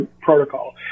protocol